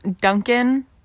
Duncan